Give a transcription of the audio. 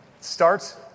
Starts